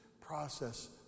process